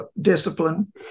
discipline